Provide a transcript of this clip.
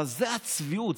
אבל זו הצביעות.